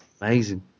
Amazing